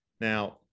Now